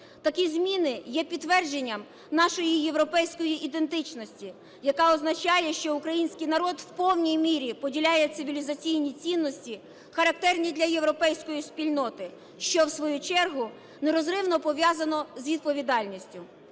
Такі зміни є підтвердженням нашої європейської ідентичності, яка означає, що український народ у повній мірі поділяє цивілізаційні цінності, характерні для європейської спільноти, що в свою чергу нерозривно пов'язано з відповідальністю.